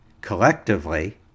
collectively